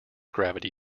gravity